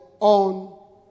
on